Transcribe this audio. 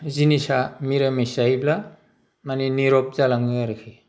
जिनिसा निरामिस जायोब्ला माने निरब जालाङो आरोखि